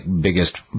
biggest